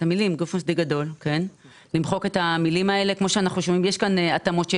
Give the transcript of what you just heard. יש כאן התאמות שנדרשות.